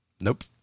nope